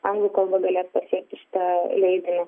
anglų kalba galėtų pasiekti šitą leidinį